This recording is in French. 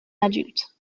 adulte